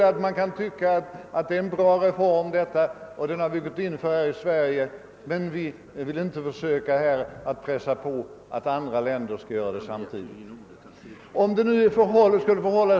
det att man kan tycka att det är en bra reform, som vi gått in för här i Sverige, men att man inte vill försöka att pressa på andra länder att samtidigt göra detta.